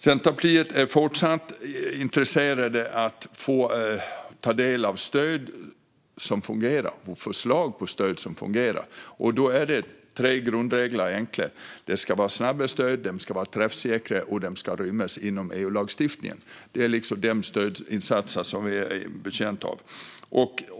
Centerpartiet är fortsatt intresserat av att få ta del av förslag på stöd som fungerar. Då finns det tre enkla grundregler: Stöden ska vara snabba, de ska vara träffsäkra och de ska rymmas inom EU-lagstiftningen. Det är de stödinsatserna vi är betjänta av.